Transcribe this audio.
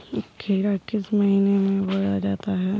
खीरा किस महीने में बोया जाता है?